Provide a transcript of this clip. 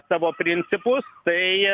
savo principus tai